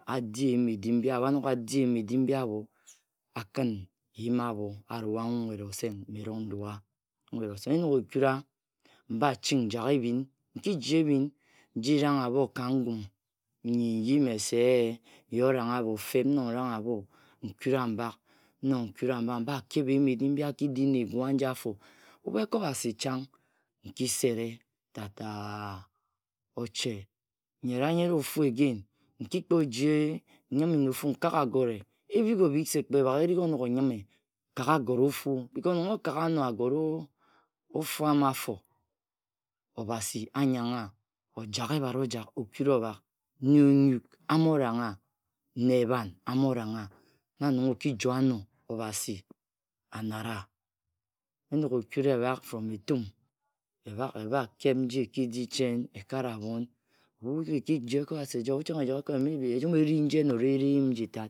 adi eyin-edim mbi-abho, akin eyim abho arua nwet-oseng. Mme erong nrua nwet oseng. Enog ekura mbaching njag ebhin, nkiji ebhin nji rang abho ka ngum nyi nyi mese-e nyi orang akho. Nnog nrang abho, nkura mbak, nnog nkura mbak, mba-kep eyim mbi aki-di na egu aji-afo. Ebru ekobhasi chang, nki-sere ta-ta-a oche. Nyera-nyara ofu again ηκί-κρο oji, nyime na ofu, nkag agore. Ebhik-obhik se kpe bagherik onog onyime. kagagore ofu because nong okaya amo agora ofu ama-afo, Obasi anyangha ojat ebhat ojak, okura obhak, nyuk-nyuk amorangha, nne-ebham amorangha. Na nong okijoe ano Obasi anara. Enog ekura ebhak from etum, ebhak ebhakep nji eki-di chen, ekare abhon. Ekhu ekiji ekobhasi eja, ethu chang-ejak ekobhasi maybe ejum eri nji enora eyim nji tat.